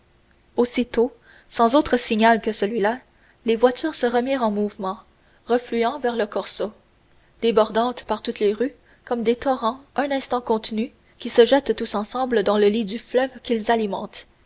aussitôt sans autre signal que celui-là les voitures se remirent en mouvement refluant vers le corso débordant par toutes les rues comme des torrents un instant contenus qui se rejettent tous ensemble dans le lit du fleuve qu'ils alimentent